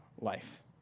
life